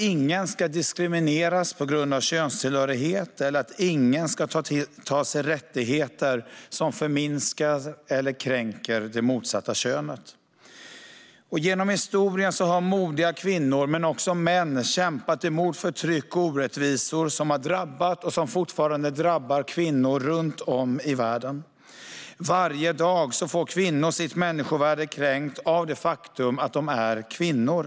Ingen ska diskrimineras på grund av könstillhörighet, och ingen ska ta sig rättigheter som förminskar eller kränker det motsatta könet. Genom historien har modiga kvinnor men också män kämpat emot förtryck och orättvisor som har drabbat och fortfarande drabbar kvinnor runt om i världen. Varje dag kränks kvinnors människovärde just på grund av att de är kvinnor.